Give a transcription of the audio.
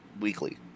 weekly